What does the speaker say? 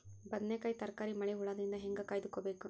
ಬದನೆಕಾಯಿ ತರಕಾರಿ ಮಳಿ ಹುಳಾದಿಂದ ಹೇಂಗ ಕಾಯ್ದುಕೊಬೇಕು?